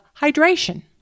hydration